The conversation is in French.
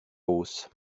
hausse